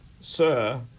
Sir